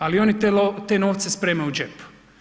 Ali oni te novce spremaju u džep.